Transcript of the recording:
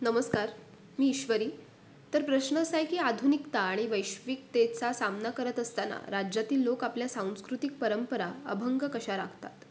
नमस्कार मी ईश्वरी तर प्रश्न असा आहे की आधुनिकता आणि वैश्विकतेचा सामना करत असताना राज्यातील लोक आपल्या सांस्कृतिक परंपरा अभंग कशा राखतात